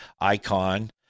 icon